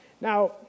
Now